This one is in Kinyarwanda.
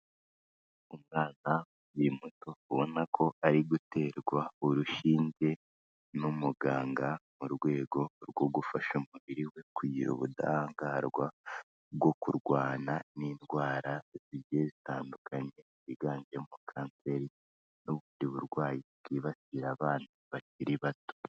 Umwana ukiri muto ubona ko ari guterwa urushinge n'umuganga mu rwego rwo gufasha umubiri we kugira ubudahangarwa bwo kurwana n'indwara zigiye zitandukanye higanjemo kanseri n'ubundi burwayi bwibasira abana bakiri bato.